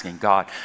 God